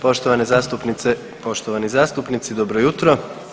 Poštovane zastupnice, poštovani zastupnici, dobro jutro.